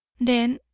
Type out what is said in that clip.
then,